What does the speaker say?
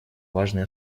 важный